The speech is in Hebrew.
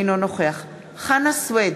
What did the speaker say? אינו נוכח חנא סוייד,